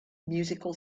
musical